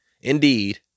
Indeed